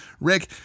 Rick